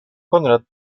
konrad